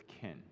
kin